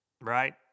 right